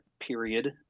period